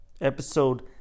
episode